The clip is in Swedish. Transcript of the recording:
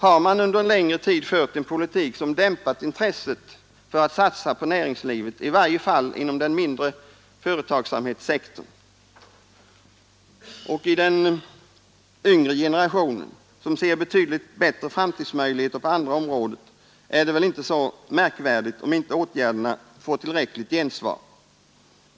Har man under en längre tid fört en politik som dämpat intresset för att satsa på näringslivet, i varje fall inom den mindre företagssektorn, och som gör att den yngre generationen ser betydligt bättre framtidsmöjligheter på andra områden, är det väl inte så märkvärdigt om inte åtgärderna får tillräckligt gensvar.